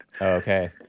Okay